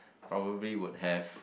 probably would have